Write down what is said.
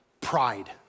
pride